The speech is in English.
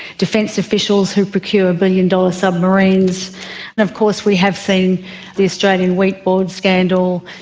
defence officials who procure billion-dollar submarines. and of course we have seen the australian wheat board scandal,